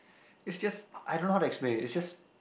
is just I don't know how to explain is just